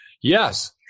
Yes